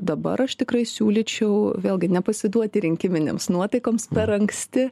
dabar aš tikrai siūlyčiau vėlgi nepasiduoti rinkiminėms nuotaikoms per anksti